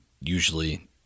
usually